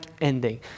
ending